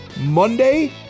Monday